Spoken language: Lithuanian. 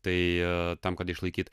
tai tam kad išlaikyt